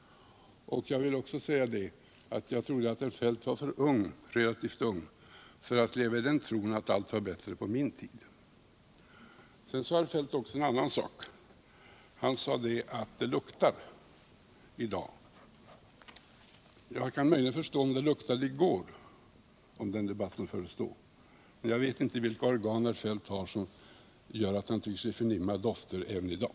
Jag vill också säga att jag trodde herr Feldt var för ung för att leva i den tron att allt var bättre ”på hans tid”. Herr Feldt sade också att det luktar i dag. Jag kan möjligen förstå om det 129 luktade i går, om den debatt som fördes då. Jag vet inte vilka luktorgan herr Feldt har som gör att han tycker sig förnimma dofter även i dag.